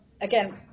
again